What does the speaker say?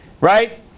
right